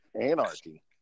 anarchy